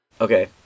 Okay